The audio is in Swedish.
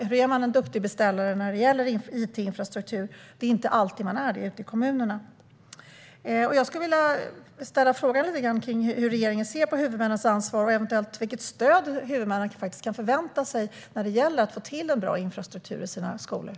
Hur är man en duktig beställare när det gäller it-infrastruktur? Det är inte alltid man är det ute i kommunerna. Jag skulle vilja fråga hur regeringen ser på huvudmännens ansvar och vilket stöd huvudmännen eventuellt kan förvänta sig när det gäller att få till en bra infrastruktur i skolorna.